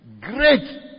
great